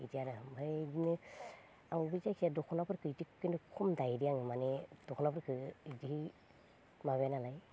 इदि आरो ओमफाय इदिनो आं बे जायखिया दख'ना फोरखो इदिखोनो खम दायो दे माने आं दख'नाफोरखो इदि माबाया नालाय